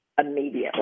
immediately